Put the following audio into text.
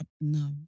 no